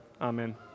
Amen